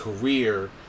career